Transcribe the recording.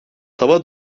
tava